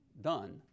done